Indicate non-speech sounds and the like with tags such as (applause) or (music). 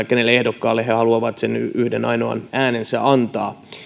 (unintelligible) kenelle ehdokkaalle he haluavat sen yhden ainoan äänensä antaa